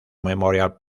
memorial